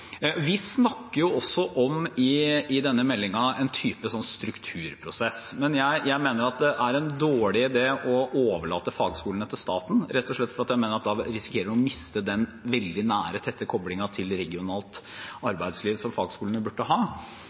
i denne meldingen også om en type strukturprosess, men jeg mener det er en dårlig idé å overlate fagskolene til staten, rett og slett fordi jeg mener at vi da risikerer å miste den veldig nære, tette koblingen til regionalt arbeidsliv som fagskolene bør ha.